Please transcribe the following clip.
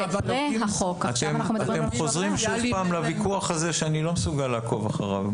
אתם שוב חוזרים לוויכוח הזה שאני לא מסוגל לעקוב אחריו.